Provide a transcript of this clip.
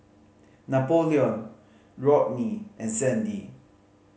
Napoleon Rodney and Sandy